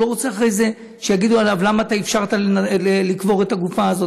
הוא לא רוצה שאחרי זה יגידו עליו: למה אפשרת לקבור את הגופה הזאת?